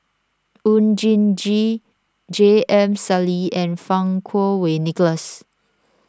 Oon Jin Gee J M Sali and Fang Kuo Wei Nicholas